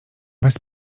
bez